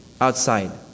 outside